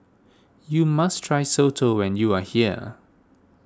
you must try Soto when you are here